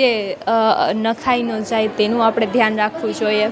તે નખાય ન જાય તેનું આપણે ધ્યાન રાખવું જોઈએ